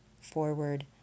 forward